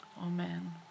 Amen